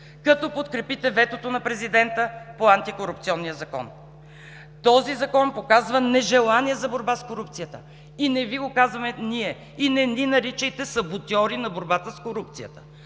като подкрепите ветото на президента по Антикорупционния закон. Този закон показва нежелание за борба с корупцията. Не Ви го казваме ние и не ни наричайте „саботьори на борбата с корупцията“.